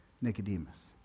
Nicodemus